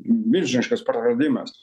milžiniškas praradimas